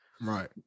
right